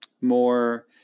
more